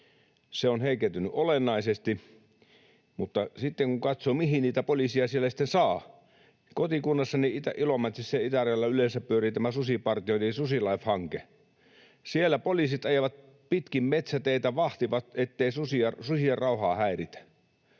Se on heikentynyt olennaisesti. Mutta kun katsoo, mihin niitä poliiseja siellä sitten saa, niin kotikunnassani Ilomantsissa ja itärajalla yleensä pyörii tämä susipartiointi eli SusiLIFE-hanke, ja siellä poliisit ajavat pitkin metsäteitä, vahtivat, ettei susien rauhaa häiritä.